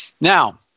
Now